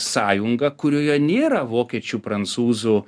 sąjunga kurioje nėra vokiečių prancūzų